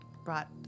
brought